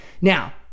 Now